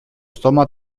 στόμα